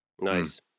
Nice